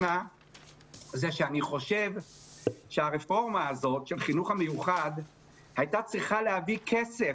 אני חושב שהרפורמה הזאת של החינוך המיוחד הייתה צריכה להביא כסף,